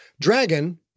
Dragon